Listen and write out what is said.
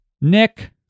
Nick